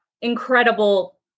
incredible